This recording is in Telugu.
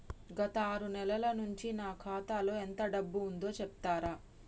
గత ఆరు నెలల నుంచి నా ఖాతా లో ఎంత డబ్బు ఉందో చెప్తరా?